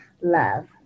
Love